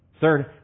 Third